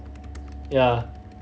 ya